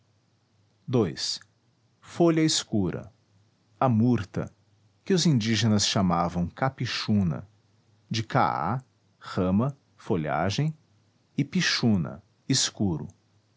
ii folha escura a murta que os indígenas chamavam capixuna de caa rama folhagem e pixuna escuro